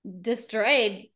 destroyed